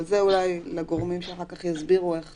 אבל זה אולי לגורמים שאחר כך יסבירו איך